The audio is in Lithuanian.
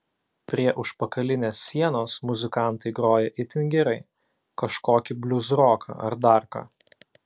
prie užpakalinės sienos muzikantai groja itin gerai kažkokį bliuzroką ar dar ką